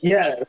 Yes